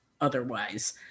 otherwise